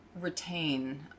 retain